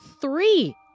three